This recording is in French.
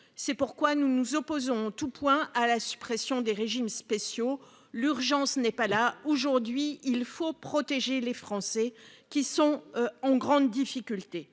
C'est pourquoi nous nous opposons en tout point à la suppression des régimes spéciaux. L'urgence n'est pas là. Aujourd'hui, il faut protéger les Français qui sont en grande difficulté.